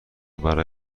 برای